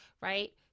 right